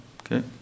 okay